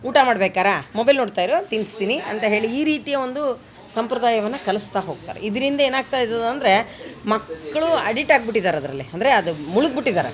ಊಟ ಮಾಡ್ಬೇಕಾರೆ ಮೊಬೈಲ್ ನೋಡ್ತಾ ಇರು ತಿನಿಸ್ತೀನಿ ಅಂತ ಹೇಳಿ ಈ ರೀತಿಯ ಒಂದು ಸಂಪ್ರದಾಯವನ್ನು ಕಲಿಸ್ತಾ ಹೋಗ್ತಾರೆ ಇದರಿಂದ ಏನಾಗ್ತೈತದೆ ಅಂದರೆ ಮಕ್ಕಳು ಅಡಿಟ್ ಆಗ್ಬಿಟ್ಟಿದ್ದಾರೆ ಅದರಲ್ಲೆ ಅಂದ್ರೆ ಅದು ಮುಳುಗ್ಬಿಟ್ಟಿದ್ದಾರೆ